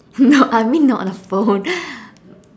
no I mean not the phone